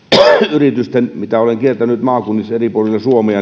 yrityksissä mitä olen kiertänyt maakunnissa eri puolilla suomea